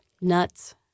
nuts